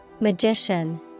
Magician